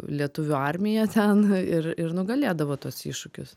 lietuvių armija ten ir ir nugalėdavo tuos iššūkius